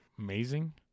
Amazing